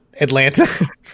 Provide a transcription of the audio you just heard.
Atlanta